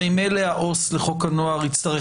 הרי ממילא העובד הסוציאלי לחוק הנוער יצטרך